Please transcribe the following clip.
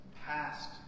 past